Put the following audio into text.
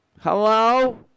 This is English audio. Hello